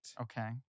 Okay